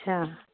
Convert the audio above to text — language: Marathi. अच्छा